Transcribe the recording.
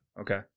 Okay